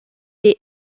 est